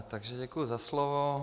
Takže děkuji za slovo.